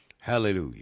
Hallelujah